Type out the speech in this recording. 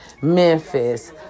Memphis